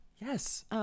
Yes